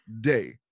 day